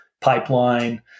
pipeline